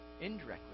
indirectly